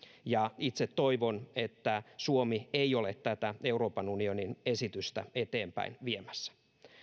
ja itse toivon että suomi ei ole tätä euroopan unionin esitystä eteenpäin viemässä